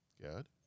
good